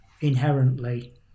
inherently